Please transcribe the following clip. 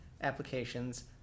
applications